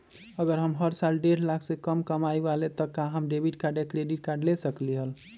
अगर हम हर साल डेढ़ लाख से कम कमावईले त का हम डेबिट कार्ड या क्रेडिट कार्ड ले सकली ह?